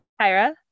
Tyra